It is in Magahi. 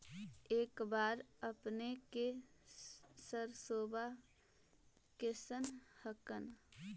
इस बार अपने के सरसोबा कैसन हकन?